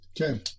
Okay